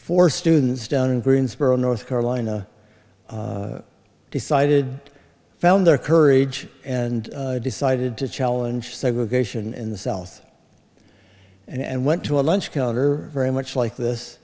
four students down in greensboro north carolina decided found their courage and decided to challenge segregation in the south and went to a lunch counter very much like